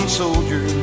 soldier